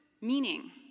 meaning